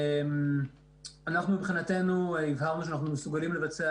אנחנו מבחינתנו הבהרנו שאנחנו מסוגלים לבצע